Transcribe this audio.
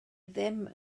ddim